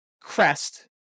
crest